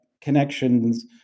connections